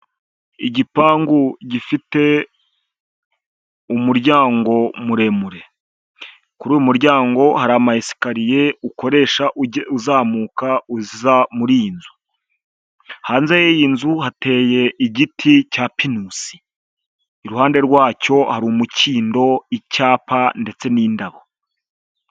Igipangu gifite umuryango muremure, kuri uyu muryango hari amayekariye ukoresha uzamuka uza muri iyi nzu, hanze y'iyi nzu hateye igiti cya pinusi, iruhande rwacyo hari umukindo, icyapa ndetse n'indabo.